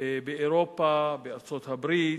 באירופה ובארצות-הברית,